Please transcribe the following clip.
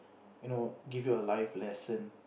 you know give you a life lesson